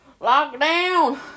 Lockdown